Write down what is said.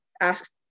ask